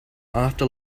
after